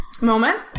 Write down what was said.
moment